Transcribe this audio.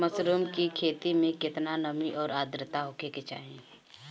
Mushroom की खेती में केतना नमी और आद्रता होखे के चाही?